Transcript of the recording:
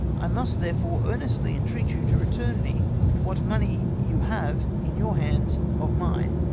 i must there fore earnestly entreat you to return me what money you have in your hands of mine,